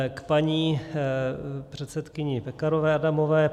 K paní předsedkyni Pekarové Adamové.